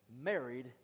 married